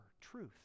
truth